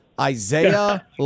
Isaiah